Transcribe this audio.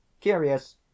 Curious